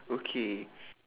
okay